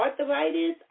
arthritis